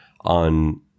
on